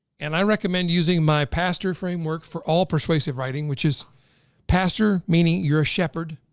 and i recommend using my pastor framework for all persuasive writing. which is pastor meaning, you're a shepherd.